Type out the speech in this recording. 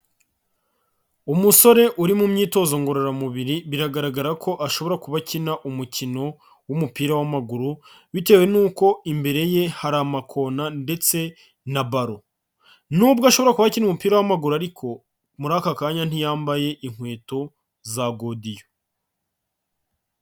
Umusore uri mu myitozo ngororamubiri, biragaragara ko ashobora kuba akina umukino w'umupira w'amaguru bitewe n'uko imbere ye hari amakona ndetse na baro, n'ubwo ashobora kuba akina umupira w'amaguru ariko muri aka kanya ntiyambaye inkweto za godiyo.